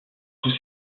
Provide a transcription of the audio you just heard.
tous